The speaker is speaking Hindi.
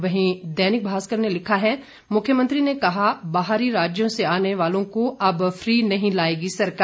वहीं दैनिक भास्कर ने लिखा है मुख्यमंत्री ने कहा बाहरी राज्यों से आने वालों को अब फ्री नहीं लाएगी सरकार